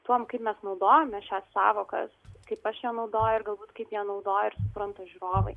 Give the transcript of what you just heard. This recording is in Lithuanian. tuom kaip mes naudojame šias sąvokas kaip aš ją naudoju ir galbūt kaip ją naudoja ir supranta žiūrovai